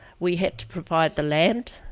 we had to provide the land.